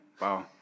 Wow